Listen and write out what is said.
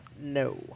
No